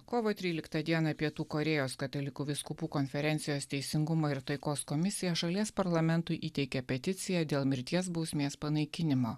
kovo tryliktą dieną pietų korėjos katalikų vyskupų konferencijos teisingumo ir taikos komisija šalies parlamentui įteikė peticiją dėl mirties bausmės panaikinimo